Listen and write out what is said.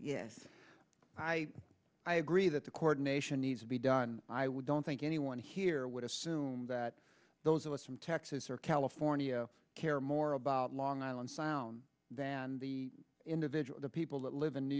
yes i i agree that the coordination needs to be done i would don't think anyone here would assume that those of us from texas or california care more about long island sound than the individual the people that live in new